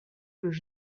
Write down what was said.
que